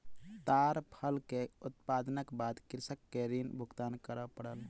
ताड़ फल के उत्पादनक बाद कृषक के ऋण भुगतान कर पड़ल